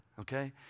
Okay